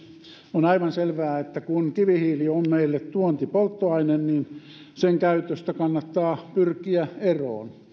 on aivan selvää että kun kivihiili on meille tuontipolttoaine sen sen käytöstä kannattaa pyrkiä eroon